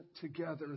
together